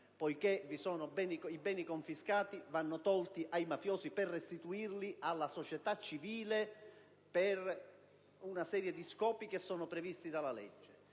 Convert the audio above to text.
poiché i beni confiscati vanno tolti ai mafiosi per restituirli alla società civile per una serie di scopi previsti dalla legge